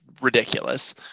ridiculous